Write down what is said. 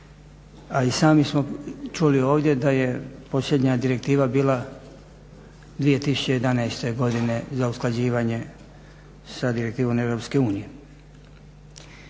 A i sami smo čuli ovdje da je posljednja direktiva bila 2011. godine za usklađivanje sa Direktivom